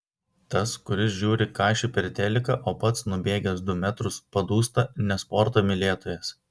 tas kuris žiūri kašį per teliką o pats nubėgęs du metrus padūsta ne sporto mylėtojas